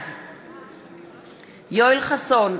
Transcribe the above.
בעד יואל חסון,